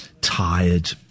tired